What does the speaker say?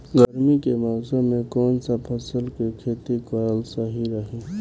गर्मी के मौषम मे कौन सा फसल के खेती करल सही रही?